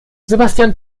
sebastian